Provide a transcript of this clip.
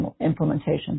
implementation